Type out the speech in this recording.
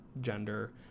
gender